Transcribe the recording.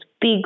big